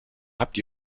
habt